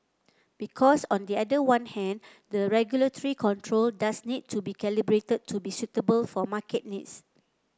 because on the other one hand the regulatory control does need to be calibrated to be suitable for market needs